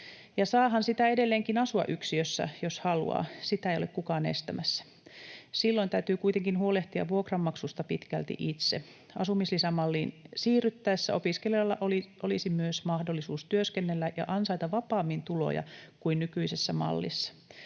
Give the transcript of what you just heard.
saahan sitä edelleenkin asua yksiössä, jos haluaa, sitä ei ole kukaan estämässä. Silloin täytyy kuitenkin huolehtia vuokranmaksusta pitkälti itse. Asumislisämalliin siirryttäessä opiskelijoilla olisi myös mahdollisuus työskennellä ja ansaita vapaammin tuloja kuin nykyisessä mallissa.